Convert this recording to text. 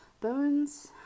bones